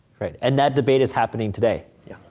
right. and that debate is happening today. yeah.